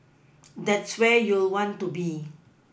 that's where you'll want to be